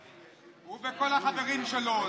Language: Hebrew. הוא וכל החברים שלו.